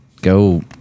go